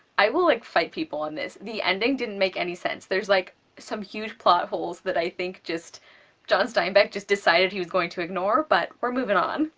i will, like, fight people on this the ending didn't make any sense, there's like some huge plot holes that i think just john steinbeck decided he was going to ignore, but we're moving on.